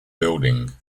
building